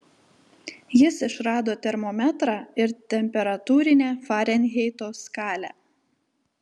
jis išrado termometrą ir temperatūrinę farenheito skalę